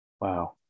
Wow